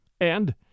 and